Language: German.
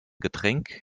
getränk